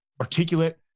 articulate